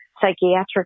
psychiatric